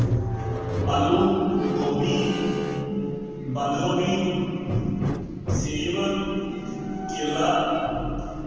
ਆਲੂ ਗੋਭੀ ਬੰਦ ਗੋਭੀ ਸੇਬ ਕੇਲਾ